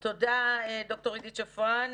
תודה, ד"ר עידית שפרן.